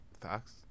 Facts